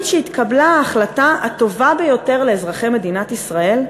שהתקבלה ההחלטה הטובה ביותר לאזרחי מדינת ישראל?